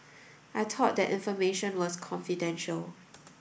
I thought that information was confidential